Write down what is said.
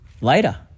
later